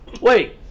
Wait